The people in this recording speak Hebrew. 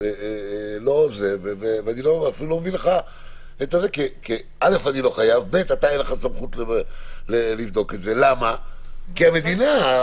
וגם לו אין סמכות לבדוק את זה, כי המדינה,